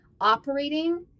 operating